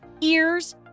ears